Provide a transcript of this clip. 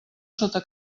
sota